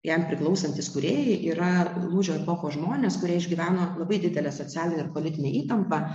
jam priklausantys kūrėjai yra lūžio epochos žmonės kurie išgyveno labai didelę socialinę ir politinę įtampą